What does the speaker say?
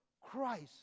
Christ